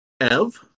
Ev